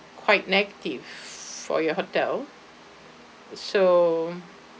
quite negative for your hotel so